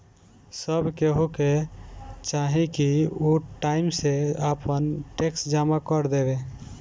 सब केहू के चाही की उ टाइम से आपन टेक्स जमा कर देवे